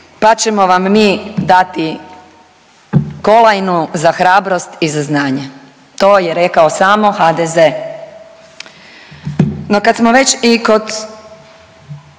pa ćemo vam mi dati kolajnu za hrabrost i za znanje. To je rekao samo HDZ. No kad smo već i kod